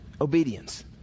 obedience